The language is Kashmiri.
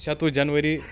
شَتہٕ وُہ جَنؤری